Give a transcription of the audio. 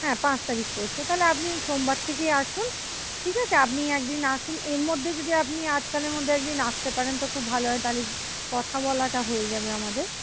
হ্যাঁ পাঁচ তারিখ পড়ছে তাহলে আপনি ওই সোমবার থেকেই আসুন ঠিক আছে আপনি একদিন আসুন এর মধ্যে যদি আজকালের মধ্যে একদিন আসতে পারেন খুব ভালো হয় তাহলে কথা বলাটা হয়ে যাবে আমাদের